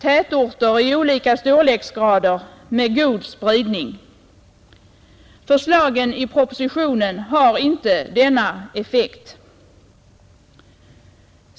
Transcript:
tätorter i olika storleksgrader med god spridning; förslagen i propositionen har inte denna effekt.